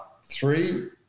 three